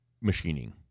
machining